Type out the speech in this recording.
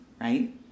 right